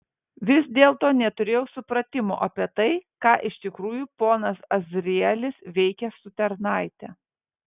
vis dėlto neturėjau supratimo apie tai ką iš tikrųjų ponas azrielis veikia su tarnaite